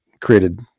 created